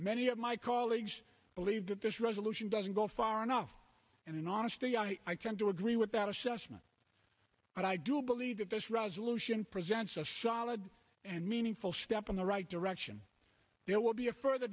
many of my colleagues believe that this resolution doesn't go far enough and in honesty i tend to agree with that assessment but i do believe that this resolution presents a solid and meaningful step in the right direction there will be a further